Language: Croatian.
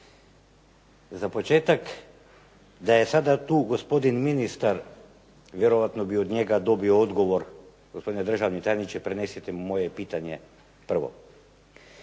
Za početak da je sada tu gospodin ministar vjerojatno bih od njega dobio odgovor. Gospodine državni tajniče prenesite mu moje pitanje. Prvo,